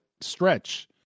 stretch